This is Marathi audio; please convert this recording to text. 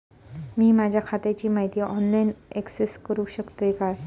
मी माझ्या खात्याची माहिती ऑनलाईन अक्सेस करूक शकतय काय?